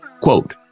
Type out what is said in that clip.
Quote